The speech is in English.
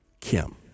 Kim